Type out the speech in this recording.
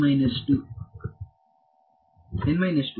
ವಿದ್ಯಾರ್ಥಿ